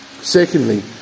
Secondly